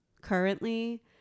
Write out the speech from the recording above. currently